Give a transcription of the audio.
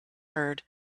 herd